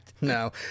no